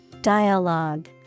Dialogue